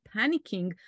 panicking